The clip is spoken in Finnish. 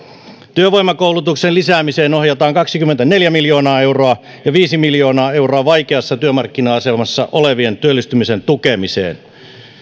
työvoimakoulutuksen lisäämiseen ohjataan kaksikymmentäneljä miljoonaa euroa ja viisi miljoonaa euroa vaikeassa työmarkkina asemassa olevien työllistymisen tukemiseen